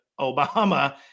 Obama